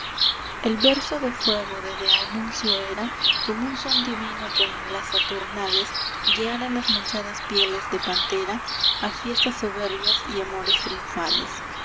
el verso de fuego de d'anunzio era como un son divino que en las saturnales guiara las manchadas pieles de pantera a fiestas soberbias y amores triunfales